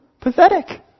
pathetic